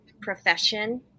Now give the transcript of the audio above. profession